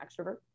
extrovert